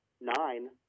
nine